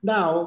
Now